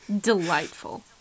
delightful